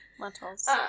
Lentils